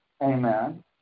amen